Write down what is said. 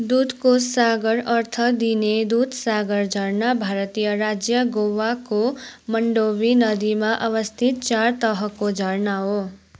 दुधको सागर अर्थ दिने दुधसागर झरना भारतीय राज्य गोवाको मन्डोवी नदीमा अवस्थित चार तहको झरना हो